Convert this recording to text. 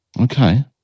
Okay